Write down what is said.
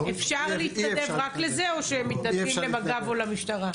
אפשר להתנדב רק לזה או שמתנדבים למג"ב או למשטרה?